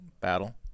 battle